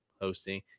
hosting